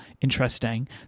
interesting